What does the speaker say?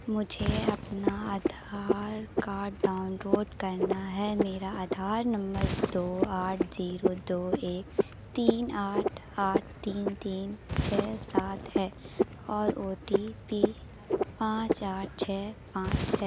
مجھے اپنا Aadhaar card download کرنا ہے میرا آدھار نمبر دو آٹھ زیرو دو ایک تین آٹھ آٹھ تین تین چھ سات ہے اور او ٹی پی پانچ آٹھ چھ پانچ ہے